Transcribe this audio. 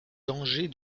dangers